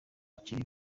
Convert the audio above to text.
kiri